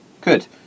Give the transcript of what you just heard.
Good